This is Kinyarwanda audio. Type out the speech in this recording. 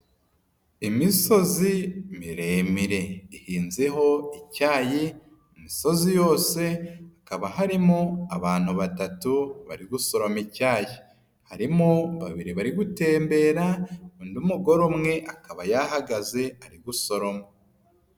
Imisozi miremire, ihinzeho icyayi, imisozi yose hakaba harimo abantu batatu bari gusorama icyayi. Harimo babiri bari gutembera, undi mugore umwe akaba yahagaze ari gusoroma.